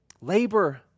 Labor